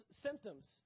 symptoms